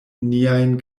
niajn